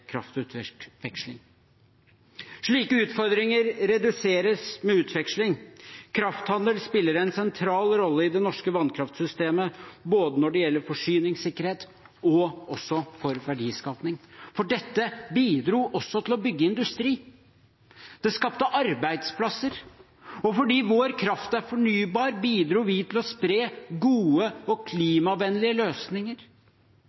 Slike utfordringer reduseres med utveksling. Krafthandel spiller en sentral rolle i det norske vannkraftsystemet når det gjelder både forsyningssikkerhet og verdiskaping. For dette bidro også til å bygge industri. Det skapte arbeidsplasser. Fordi vår kraft er fornybar, bidro vi til å spre gode og